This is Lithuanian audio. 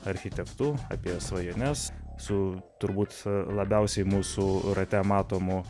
architektu apie svajones su turbūt labiausiai mūsų rate matomu